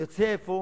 יוצא אפוא